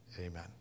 Amen